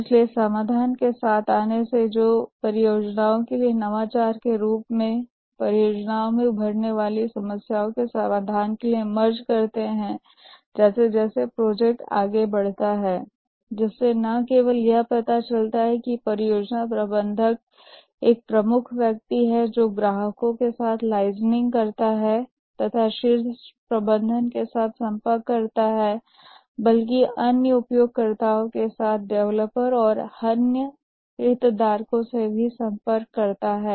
इसलिए समाधान के साथ आने से जो कि परियोजनाओं के लिए नवाचार के रूप में परियोजना में उभरने वाली समस्याओं के समाधान के लिए मर्ज करते हैं जैसे जैसे प्रोजेक्ट आगे बढ़ता है जिससे न केवल यह पता चलता है कि परियोजना प्रबंधक एक मुख्य व्यक्ति है जो ग्राहकों के साथ लाइजनिंग करता है तथा शीर्ष प्रबंधन के साथ संपर्क करता है बल्कि अन्य उपयोगकर्ताओं के साथ डेवलपर्स और अन्य हितधारक से भी संपर्क करता है